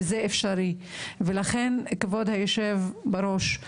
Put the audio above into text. לכן, כבוד היושב-בראש,